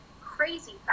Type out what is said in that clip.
crazy